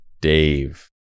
Dave